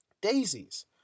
Daisies